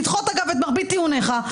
לדחות, אגב, את מרבית טיעוניך.